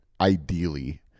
ideally